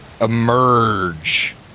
emerge